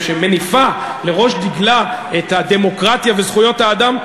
שמניפה את דגלה שבראשו הדמוקרטיה וזכויות האדם,